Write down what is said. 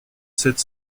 sept